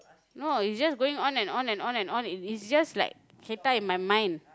no its just going on and on and on and on it's just like in my mind